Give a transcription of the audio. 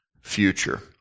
future